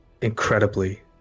incredibly